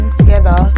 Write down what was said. together